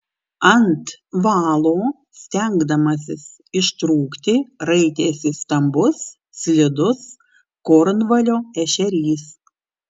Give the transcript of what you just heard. ant valo stengdamasis ištrūkti raitėsi stambus slidus kornvalio ešerys